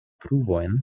pruvojn